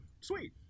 sweet